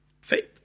faith